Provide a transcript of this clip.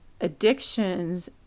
addictions